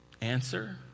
Answer